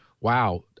wow